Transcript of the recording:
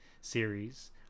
series